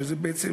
שזה בעצם